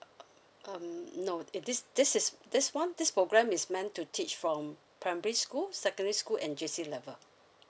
um no in this this is this one this program is meant to teach from primary school secondary school and J C level